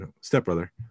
stepbrother